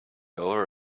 over